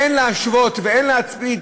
אין להשוות ואין להצמיד,